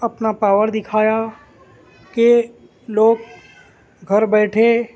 اپنا پاور دکھایا کہ لوک گھر بیٹھے